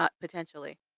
potentially